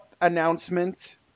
announcement